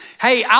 Hey